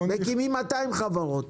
כך מקימים 200 חברות.